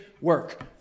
work